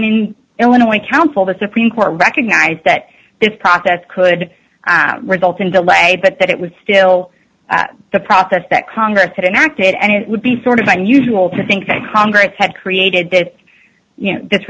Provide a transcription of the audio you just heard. in illinois counsel the supreme court recognized that this process could result in that way but that it was still at the process that congress could enact it and it would be sort of unusual to think that congress had created that you know this